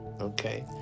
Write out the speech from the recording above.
okay